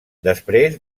després